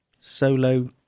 solo